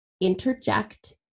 interject